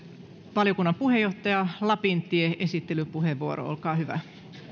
valiokunnan puheenjohtaja lapintie esittelypuheenvuoro olkaa hyvä